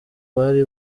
abari